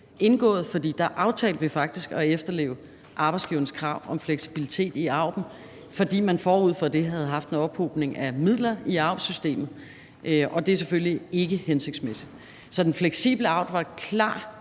indgået, for der aftalte vi faktisk at efterleve arbejdsgivernes krav om fleksibilitet i AUB'en, fordi man forud for det havde haft en ophobning af midler i AUB-systemet, og det er selvfølgelig ikke hensigtsmæssigt. Så den fleksible AUB var et